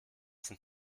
sind